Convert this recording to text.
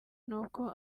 n’uko